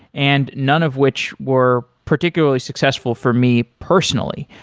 and none of which were particularly successful for me personally.